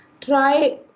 try